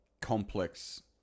complex